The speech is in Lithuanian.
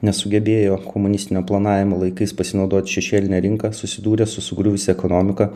nesugebėjo komunistinio planavimo laikais pasinaudot šešėline rinka susidūrė su sugriuvusia ekonomika